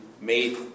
made